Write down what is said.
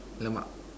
Lemak